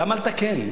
למה לתקן?